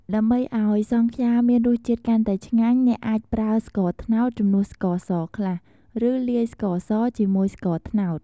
ដើម្បីឲ្យសង់ខ្យាមានរសជាតិកាន់តែឆ្ងាញ់ អ្នកអាចប្រើ ស្ករត្នោត ជំនួសស្ករសខ្លះ ឬលាយស្ករសជាមួយស្ករត្នោត។